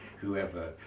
whoever